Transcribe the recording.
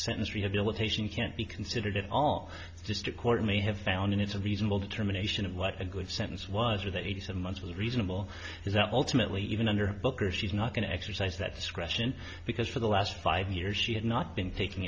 sentence rehabilitation can't be considered at all just a court may have found it's a reasonable determination of what a good sentence was or that eighteen months was reasonable is that ultimately even under booker she's not going to exercise that discretion because for the last five years she had not been taking